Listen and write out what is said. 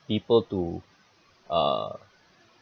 people to uh